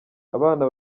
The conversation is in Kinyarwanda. abana